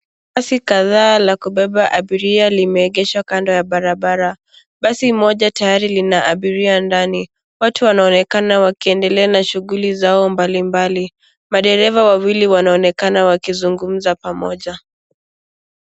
Basi kadhaa la kubeba abiria limeegeshwa kando ya barabara. Basi moja tayari lina abiria ndani. Watu wanaonekana wakiedelea na shughuli zao mbalimbali. Madereva wawili wanaonekana wakizungumza pamoja.